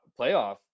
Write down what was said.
playoff